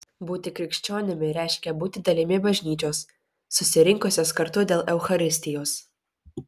būti krikščionimi reiškia būti dalimi bažnyčios susirinkusios kartu dėl eucharistijos